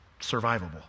survivable